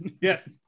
Yes